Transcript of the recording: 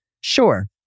Sure